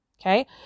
Okay